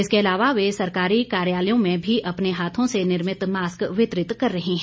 इसके अलावा वे सरकारी कार्यालयों में भी अपने हाथों से निर्मित मास्क वितरित कर रही हैं